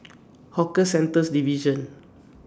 Hawker Centres Division